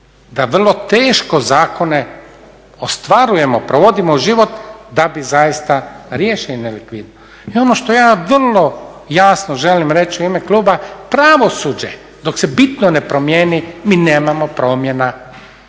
Da vrlo teško zakone ostvarujemo, provodimo u život da bi zaista riješili nelikvidnost. I ono što ja vrlo jasno želim reći u ime kluba pravosuđe dok se bitno ne promijeni mi nemamo promjena,